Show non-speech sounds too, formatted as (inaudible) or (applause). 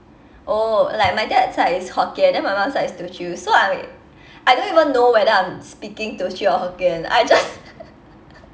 oh like my dad's side is hokkien then my mom's side is teochew so I I don't even know whether I'm speaking teochew or hokkien I just (laughs)